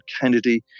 Kennedy